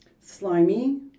slimy